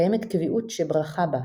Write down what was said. קיימת קביעות, שברכה בה.